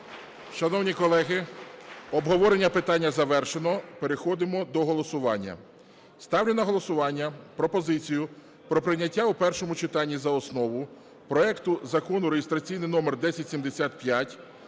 Шановні колеги, обговорення питання завершено, переходимо до голосування. Ставлю на голосування пропозицію про прийняття у першому читанні за основу проекту Закону (реєстраційний номер 1075),